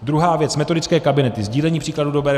Druhá věc metodické kabinety, sdílení příkladů dobré praxe.